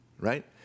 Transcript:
right